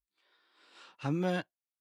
سبان سون پھرین امچی جکو اوڈ ہی اوی ٹھری جی سوقین ہی۔ تھیلکیم ہے ٹھرا، ٹھرا خاسا اترا اترا۔ ٹھرا گیتی آوی ڈو تھیلکیا، تین تھیلکیا، چار تھیلکیا، پانچ تھیلکیا بھیڑیا ھوی۔ ٹھرا پیتی او سون پچھی کری آٹھاڑیان خبرا۔ کو آٹھاڑیا خبرا کری کو نواڑیا، ائین او سون پچھی حقیقت ہا ہے تہ جکو ٹھرا پینی سچ پلا بولی تو کی ہا ٹھرا پینی کوڑ پلا بولی۔ ائین ٹھرا پیتی ہر، بیا یوی اوڈان جی، ٹھرا نہ پیلا تو اون سکھ ہوی ئی کونی۔ اوڈان جی بیام کو اتھو ٹھرا پیئی ائین ٹھرا پیتی پچھی رمین جوا ھا منا اوڈان جی منا رمین ئی رمین۔ او سون پچھی ٹھرا پیتی ٹن ہوی۔ او سون پچھی ھیکی ڈجی سو لڑی، ھڑ اون ڈنڈھا اون ڈنڈھا ائین بچھری ھتی۔ ائین کو کو صحیح منکھین ہی لڑی کونی، ہا ایان جی گندی عادھت ہے۔ ٹھری جی کو مئین گڑ ناکھتی پنیر ناکھتی کو کئین گوریا ناکھی۔ ڈو ڈنین مٹ چھوڑی، ساکڑی سویری اوان بیچڑان ٹھرا، ٹھرا تیار پچھی اوم ناکھتی ڈبی پچھی ناکھتی نلکی او متھی او متھی میلتی